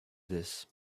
this